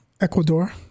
Ecuador